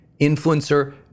Influencer